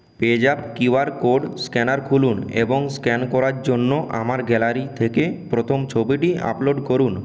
PayZapp Q R code scanner খুলুন এবং scan করার জন্য আমার গ্যালারি থেকে প্রথম ছবিটি আপলোড করুন